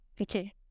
Okay